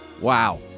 wow